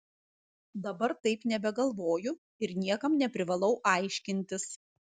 dabar taip nebegalvoju ir niekam neprivalau aiškintis